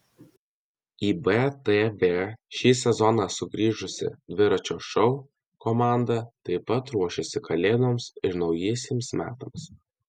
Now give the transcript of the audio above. į btv šį sezoną sugrįžusi dviračio šou komanda taip pat ruošiasi kalėdoms ir naujiesiems metams